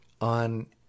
on